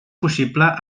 possible